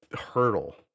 hurdle